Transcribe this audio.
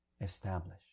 Establish